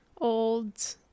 old